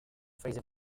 fraser